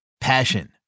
Passion